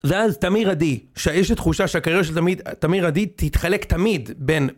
ואז תמיר עדי, שיש לי תחושה שהקריירה של תמיר עדי תתחלק תמיד בין...